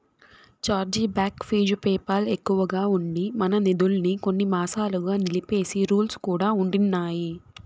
charge back fees PayPal ఎక్కువగా ఉండి, మన నిదుల్మి కొన్ని మాసాలుగా నిలిపేసే రూల్స్ కూడా ఉండిన్నాయి